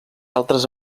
altres